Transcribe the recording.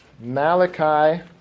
Malachi